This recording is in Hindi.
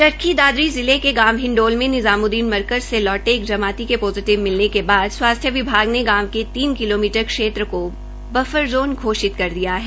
चरखी दादरी जिले के गांव हिंडोल में निजामुददीन मरकज से लौट एक जमाती के पोजिटिव मिलने के बाद स्वास्थ्य विभाग ने गांव के तीन किलोमीटर क्षेत्र को वफर ज़ोन घोषित कर दिया है